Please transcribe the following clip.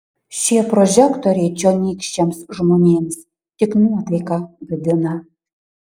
šie prožektoriai čionykščiams žmonėms tik nuotaiką gadina